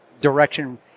direction